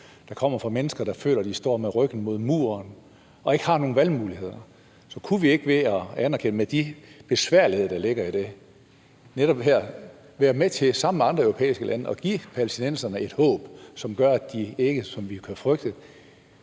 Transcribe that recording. der kommer fra mennesker, der føler, at de står med ryggen mod muren og ikke har nogen valgmuligheder. Så kunne vi ikke ved at anerkende det – med de besværligheder, der ligger i det – være med til sammen med andre europæiske lande at give palæstinenserne et håb, som gør, at det ikke, sådan som vi kan frygte,